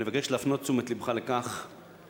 אני מבקש להפנות את תשומת לבך לכך שבעצם,